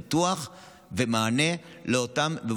שנלחמים עכשיו בתוך עזה ועדיין לא קיבלו את כל הזכויות שלהם.